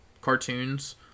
cartoons